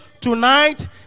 tonight